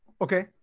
Okay